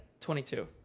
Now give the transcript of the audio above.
22